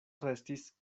restis